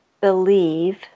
believe